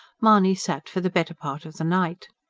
mahony sat for the better part of the night.